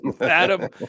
Adam